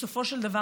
בסופו של דבר,